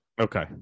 Okay